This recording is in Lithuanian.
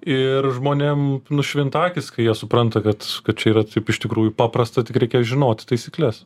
ir žmonėm nušvinta akys kai jie supranta kad kad čia yra taip iš tikrųjų paprasta tik reikia žinoti taisykles